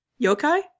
yokai